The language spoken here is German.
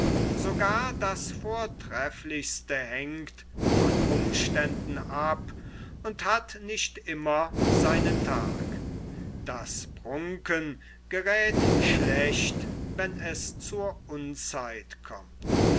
sogar das vortrefflichste hängt von umständen ab und hat nicht immer seinen tag das prunken geräth schlecht wenn es zur unzeit kommt